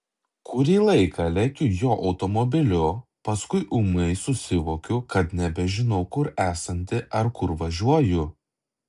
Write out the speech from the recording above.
kurį laiką lekiu jo automobiliu paskui ūmai susivokiu kad nebežinau kur esanti ar kur važiuoju